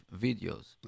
videos